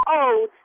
old